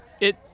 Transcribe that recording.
It-